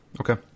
Okay